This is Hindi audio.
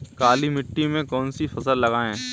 काली मिट्टी में कौन सी फसल लगाएँ?